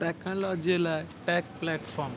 टेक्नोलॉजीअ लाइ tech platform